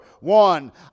one